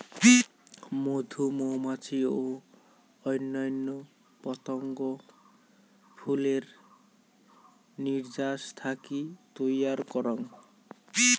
মধু মৌমাছি ও অইন্যান্য পতঙ্গ ফুলের নির্যাস থাকি তৈয়ার করাং